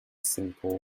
simple